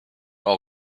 all